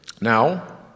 Now